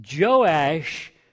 Joash